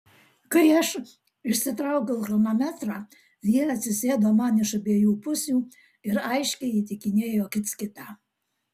kai aš išsitraukiau chronometrą jie atsisėdo man iš abiejų pusių ir aiškiai įtikinėjo kits kitą